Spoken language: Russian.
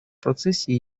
процессе